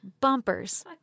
Bumpers